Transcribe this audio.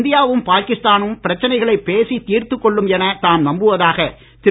இந்தியாவும் பாகிஸ்தானும் பிரச்சனைகளை பேசித் தீர்த்துக் கொள்ளும் என தாம் நம்புவதாக திரு